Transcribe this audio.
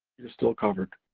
you're still covered.